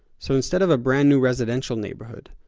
so instead of a brand new residential neighborhood,